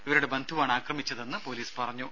ഇവരുടെ ബന്ധുവാണ് ആക്രമിച്ചതെന്ന് പോലീസ് പറഞ്ഞു